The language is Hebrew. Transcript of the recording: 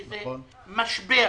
שזה משבר